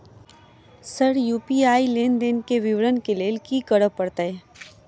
Sir UPI लेनदेन केँ विवरण केँ लेल की करऽ परतै?